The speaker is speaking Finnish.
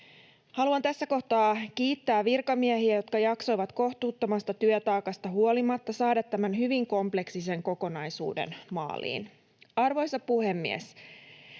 Haluan tässä kohtaa kiittää virkamiehiä, jotka jaksoivat kohtuuttomasta työtaakasta huolimatta saada tämän hyvin kompleksisen kokonaisuuden maaliin. Arvoisa puhemies!